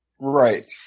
Right